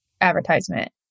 advertisement